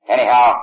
Anyhow